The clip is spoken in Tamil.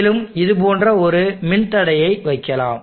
மேலும் இது போன்ற ஒரு மின்தடையை வைக்கலாம்